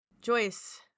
Joyce